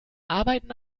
arbeiten